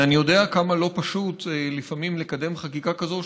אני יודע כמה לא פשוט לפעמים לקדם חקיקה כזאת,